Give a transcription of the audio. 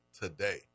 today